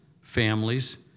families